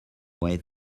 weigh